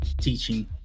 teaching